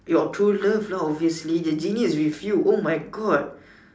your true love lah obviously the genie is with you oh my God